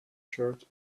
shirt